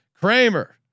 Kramer